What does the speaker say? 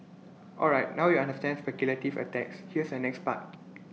alright now you understand speculative attacks here's the next part